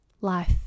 life